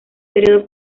período